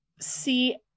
see